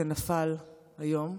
שנפל היום.